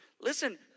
listen